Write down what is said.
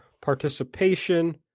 participation